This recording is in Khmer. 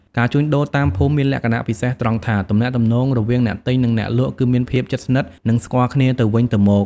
ការជួញដូរតាមភូមិមានលក្ខណៈពិសេសត្រង់ថា ទំនាក់ទំនងរវាងអ្នកទិញ និងអ្នកលក់គឺមានភាពជិតស្និទ្ធ និងស្គាល់គ្នាទៅវិញទៅមក។